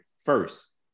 first